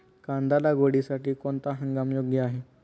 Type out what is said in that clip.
कांदा लागवडीसाठी कोणता हंगाम योग्य आहे?